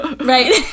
Right